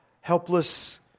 Helpless